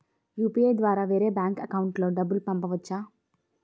UPI ద్వారా వేరే bank account లోకి డబ్బులు పంపించవచ్చా?